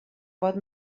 pot